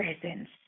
presence